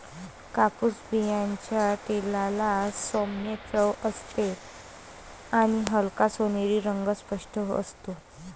कापूस बियांच्या तेलाला सौम्य चव असते आणि हलका सोनेरी रंग स्पष्ट असतो